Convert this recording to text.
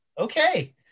Okay